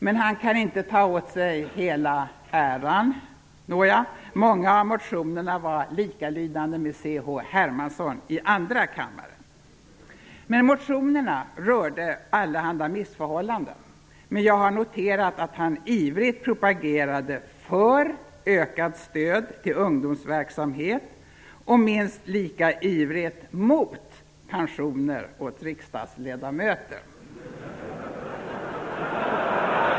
Men han kan inte ta åt sig hela äran, många av motionerna var likalydande med C.-H. Hermanssons i andra kammaren. Motionerna rörde allehanda missförhållanden, men jag har noterat att han ivrigt propagerade för ökat stöd till ungdomsverksamhet och minst lika ivrigt mot pensioner åt riksdagsledamöter.